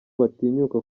batinyuka